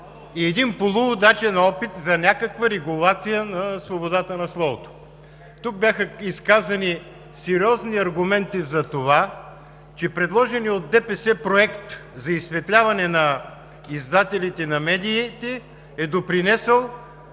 и един полуудачен опит за някаква регулация на свободата на словото. Тук бяха изказани сериозни аргументи за това, че предложеният от ДПС проект за изсветляване на издателите на медиите е допринесъл